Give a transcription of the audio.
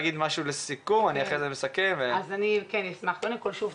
אני אשמח לומר כמה דברים לסיכום.